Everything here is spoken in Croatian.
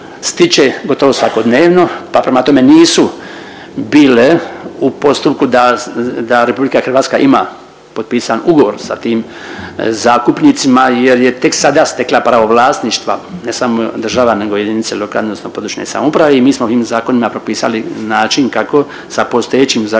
stiče gotovo svakodnevno, pa prema tome nisu bile u postupku da RH ima potpisan ugovor sa tim zakupnicima jer je tek sada stekla pravo vlasništva, ne samo država nego jedinice lokalne odnosno područne samouprave i mi smo ovim zakonima propisali način kako sa postojećim zakupnicima